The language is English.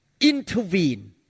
intervene